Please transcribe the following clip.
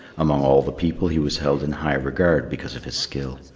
among all the people he was held in high regard because of his skill.